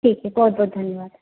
ठीक है बहुत बहुत धन्यवाद